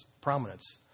prominence